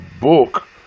book